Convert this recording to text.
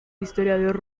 historiador